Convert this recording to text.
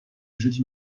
jeudi